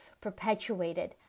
perpetuated